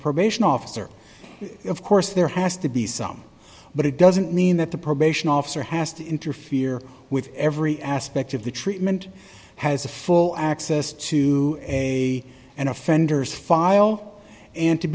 the probation officer of course there has to be some but it doesn't mean that the probation officer has to interfere with every aspect of the treatment has a full access to a and offenders file and to